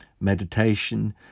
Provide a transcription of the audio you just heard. meditation